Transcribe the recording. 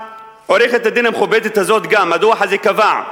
עורכת-הדין המכובדת הזאת, גם הדוח הזה קבע: